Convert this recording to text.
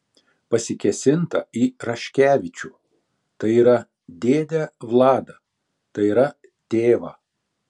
pasikėsinta į raškevičių tai yra dėdę vladą tai yra tėvą